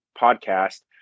podcast